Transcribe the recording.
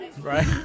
Right